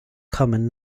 common